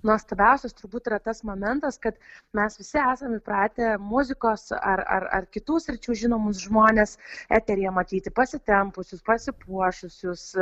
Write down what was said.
nuostabiausias turbūt yra tas momentas kad mes visi esam įpratę muzikos ar ar ar kitų sričių žinomus žmones eteryje matyti pasitempusius pasipuošusius